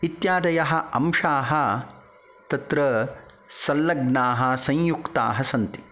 इत्यादयः अंशाः तत्र सल्लग्नाः संयुक्ताः सन्ति